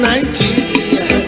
Nigeria